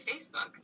Facebook